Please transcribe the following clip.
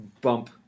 bump